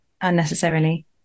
unnecessarily